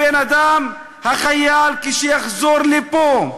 הבן-אדם, החייל, כשיחזור לפה,